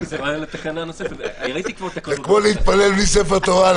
זה כמו להתפלל בלי ספר תורה.